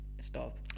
stop